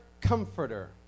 comforter